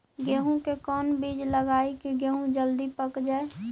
गेंहू के कोन बिज लगाई कि गेहूं जल्दी पक जाए?